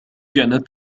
كانت